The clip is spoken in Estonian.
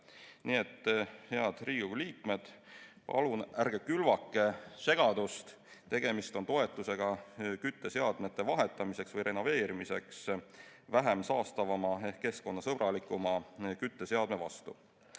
Nii et, head Riigikogu liikmed, palun ärge külvake segadust! Tegemist on toetusega kütteseadmete vahetamiseks või renoveerimiseks vähem saastavama ehk keskkonnasõbralikuma kütteseadme vastu.